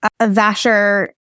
Vasher